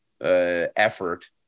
effort